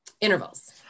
Intervals